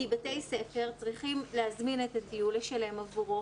כי בתי הספר צריכים להזמין את הטיול, לשלם עבורו,